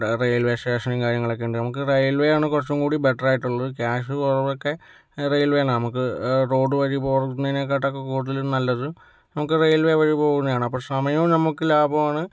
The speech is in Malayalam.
റെയിൽ വേ സ്റ്റേഷനും കാര്യങ്ങളൊക്കെ ഉണ്ട് നമുക്ക് റെയിൽവേയാണ് കുറച്ചും കൂടി ബെറ്ററായിട്ടുള്ളത് ക്യാഷ് കുറവൊക്കെ റെയിൽവേയാണ് നമുക്ക് റോഡ് വഴി പോകുന്നതിനെക്കാളൊക്കെ കൂടുതലും നല്ലത് നമുക്ക് റെയിൽ വേ വഴി പോകുന്നതാണ് പക്ഷെ സമയവും നമുക്ക് ലാഭമാണ്